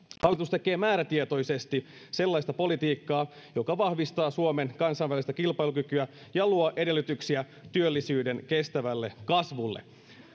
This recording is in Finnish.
tekee määrätietoisesti sellaista politiikkaa joka vahvistaa suomen kansainvälistä kilpailukykyä ja luo edellytyksiä työllisyyden kestävälle kasvulle